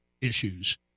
issues